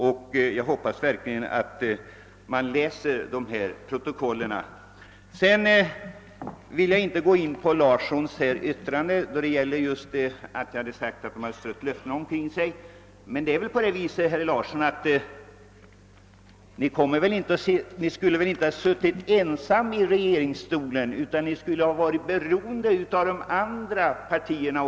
Jag hoppas att de som har hand om lokaliseringen sedan läser vad som kommer att stå i kammarens protokoll. Sedan skall jag inte gå närmare in på herr Larssons i Umeå yttrande när det gällde mina ord om att folkpartiet har strött löften omkring sig, men det är väl ändå så, herr Larsson, att ni inte skulle ha suttit ensamma i regeringen. Ni skulle ha varit beroende av de andra partierna.